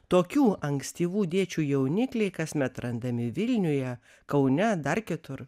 tokių ankstyvų dėčių jaunikliai kasmet randami vilniuje kaune dar kitur